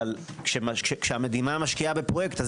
אבל כשהמדינה משקיעה בפרויקט,